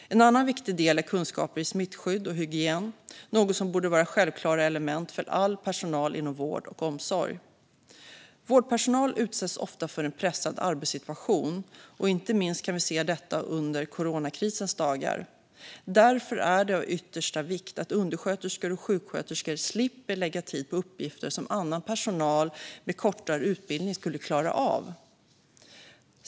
En annan viktig del är kunskaper i smittskydd och hygien, något som borde vara självklara element för all personal inom vård och omsorg. Vårdpersonal utsätts ofta för en pressad arbetssituation - inte minst kan vi se detta under coronakrisens dagar. Därför är det av yttersta vikt att undersköterskor och sjuksköterskor slipper lägga tid på uppgifter som annan personal med kortare utbildning skulle klara av.